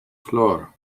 floor